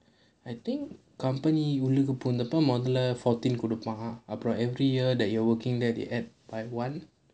I think company ஒழுங்கா போனப்போ முதல்ல:ozhungaa ponappo muthalla fourteen கொடுப்பாங்க:kodupaanga every year that you are working there they add by one